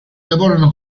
lavorano